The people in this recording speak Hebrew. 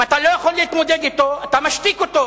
אם אתה לא יכול להתמודד אתו, אתה משתיק אותו,